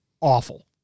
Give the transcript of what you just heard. awful